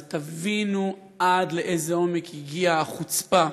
אבל תבינו עד לאיזה עומק הגיעה החוצפה,